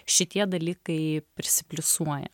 šitie dalykai prisipliusuoja